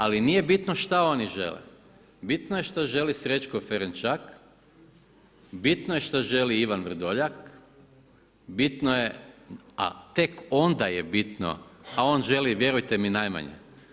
Ali nije bitno šta oni žele, bitno je što želi Srećko Ferenčak, bitno je što želi Ivan Vrdoljak, bitno je a tek onda je bitno, a on želi vjerujte mi najmanje.